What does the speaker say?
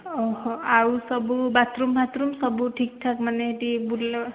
ଆଉ ସବୁ ବାଥ୍ରୁମ୍ ଫାଥ୍ରୁମ୍ ସବୁ ଠିକ୍ ଠାକ୍ ମାନେ ସେଇଠି ବୁଲିଲେ